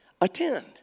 Attend